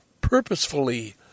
purposefully